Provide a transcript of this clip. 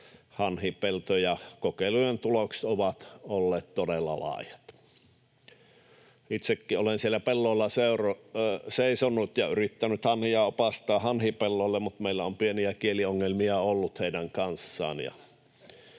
hanhipeltoja. Kokeilujen tulokset ovat olleet todella laajat. Itsekin olen siellä pellolla seisonut ja yrittänyt hanhia opastaa hanhipellolle, mutta meillä on pieniä kieliongelmia ollut heidän kanssaan